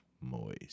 moist